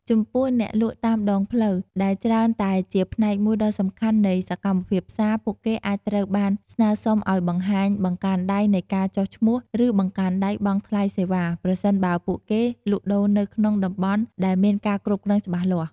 ចំពោះ អ្នកលក់តាមដងផ្លូវ ដែលច្រើនតែជាផ្នែកមួយដ៏សំខាន់នៃសកម្មភាពផ្សារ ពួកគេអាចត្រូវបានស្នើសុំឱ្យបង្ហាញ បង្កាន់ដៃនៃការចុះឈ្មោះ ឬ បង្កាន់ដៃបង់ថ្លៃសេវា ប្រសិនបើពួកគេលក់ដូរនៅក្នុងតំបន់ដែលមានការគ្រប់គ្រងច្បាស់លាស់។